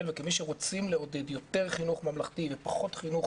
וכמי שרוצים לעודד יותר חינוך ממלכתי ופחות חינוך